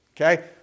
Okay